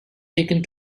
taken